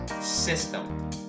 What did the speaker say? System